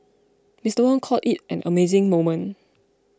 Mister Wong called it an amazing moment